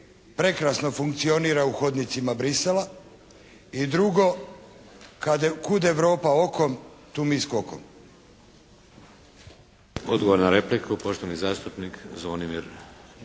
prekrasno funkcionira u hodnicima Bruxellesa. I drugo. Kud Europa okom, tu mi skokom.